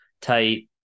tight